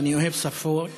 ואני אוהב שפות,